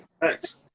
thanks